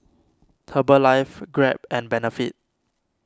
Herbalife Grab and Benefit